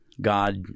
God